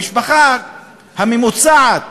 המשפחה הממוצעת